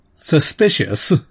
Suspicious